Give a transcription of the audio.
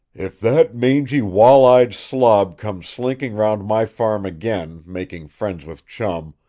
if that mangy, wall-eyed slob comes slinking round my farm again, making friends with chum,